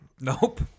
Nope